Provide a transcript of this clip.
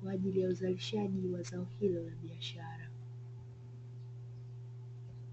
kwa ajili ya uzalishaji wa zao hilo la biashara.